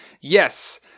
Yes